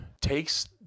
takes